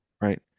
right